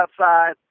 outside